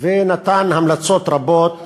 ונתן המלצות רבות